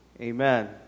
Amen